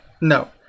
no